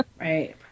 Right